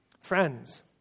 friends